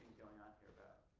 going on here about